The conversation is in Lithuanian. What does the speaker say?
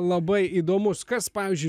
labai įdomus kas pavyzdžiui